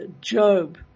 Job